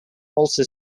also